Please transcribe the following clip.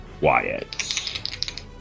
Wyatt